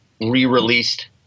re-released